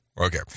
Okay